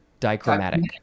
dichromatic